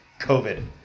COVID